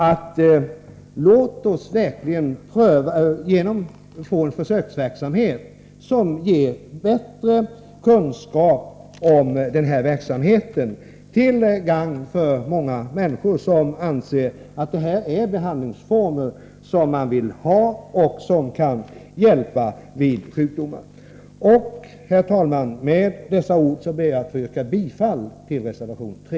Låt oss verkligen få en försöksverksamhet, som ger bättre kunskap om dessa metoder till gagn för de många människor som anser att detta är behandlingsformer som de vill ha och som kan hjälpa vid sjukdom. Herr talman! Med dessa ord yrkar jag bifall till reservation 3.